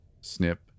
Snip